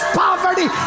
poverty